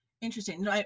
Interesting